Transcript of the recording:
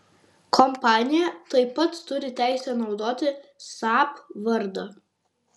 kompanija taip pat turi teisę naudoti saab vardą